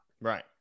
right